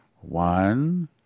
One